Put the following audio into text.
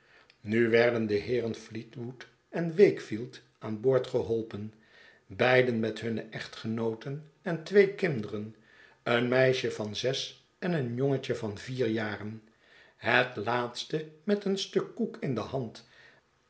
nu werden de heeren fleetwood en wakefield aan boord geholpen beiden met hunne echtgenooten en twee kinderen een meisje van zes en een jongetje van vier jaren het laatste met een stuk koek in de hand